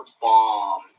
bomb